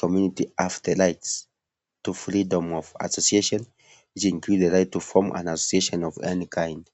community have the Right to Freedom of Association which include the right to form an association of any kind(cs).